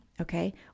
okay